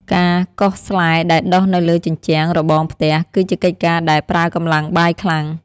ការកោសស្លែដែលដុះនៅលើជញ្ជាំងរបងផ្ទះ គឺជាកិច្ចការដែលប្រើកម្លាំងបាយខ្លាំង។